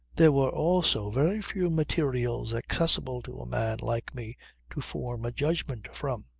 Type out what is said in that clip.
there were also very few materials accessible to a man like me to form a judgment from.